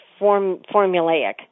formulaic